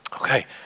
Okay